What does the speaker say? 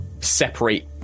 separate